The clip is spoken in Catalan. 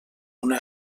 una